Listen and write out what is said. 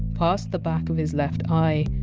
past the back of his left eye,